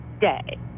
day